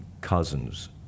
cousins